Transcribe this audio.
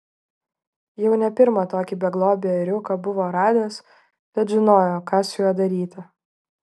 jau ne pirmą tokį beglobį ėriuką buvo radęs tad žinojo ką su juo daryti